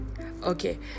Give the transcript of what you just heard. Okay